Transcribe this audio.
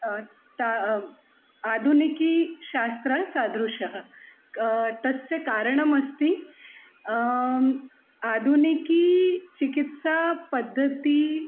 ता आधुनिकी शास्त्रसादृशः तस्य कारणमस्ति आधुनिकी चिकित्सापद्धतिः